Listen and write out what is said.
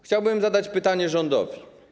Chciałbym zadać pytanie rządowi.